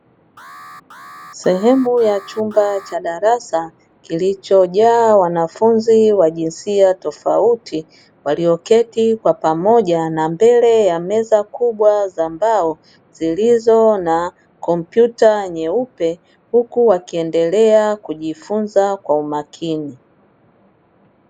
Sehemu ya chumba cha darasa, kilichojaa wanafunzi wa jinsia tofauti, walioketi kwa pamoja na mbele ya meza kubwa za mbao zilizo na kmpyuta nyeupe, huku wakiendelea kujifunza kwa umakini.